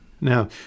Now